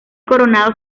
coronado